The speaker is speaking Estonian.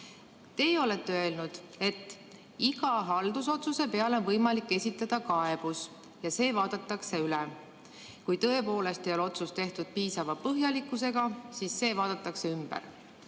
Teie olete öelnud, et iga haldusotsuse peale on võimalik esitada kaebus ja see vaadatakse üle ning kui tõepoolest ei ole otsus tehtud piisava põhjalikkusega, siis see vaadatakse ümber.